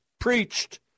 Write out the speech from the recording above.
Preached